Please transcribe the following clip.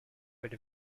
would